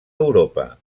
europa